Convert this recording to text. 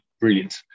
brilliant